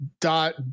Dot